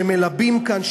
שמלבים כאן,